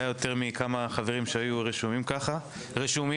יותר ממספר החברים שהיו רשומים בוועדה.